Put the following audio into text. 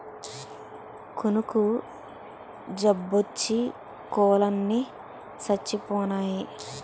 కునుకు జబ్బోచ్చి కోలన్ని సచ్చిపోనాయి